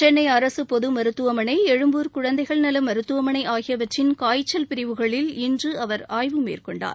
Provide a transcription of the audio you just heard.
சென்னை அரசு பொது மருத்துவமனை எழும்பூர் குழந்தைகள் நல மருத்துவமனை ஆகியவற்றின் காய்ச்சல் பிரிவுகளில் இன்று அவர் ஆய்வு மேற்கொண்டார்